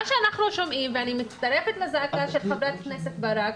מה שאנחנו שומעים, ואני מצטרפת לזעקה של ח"כ ברק,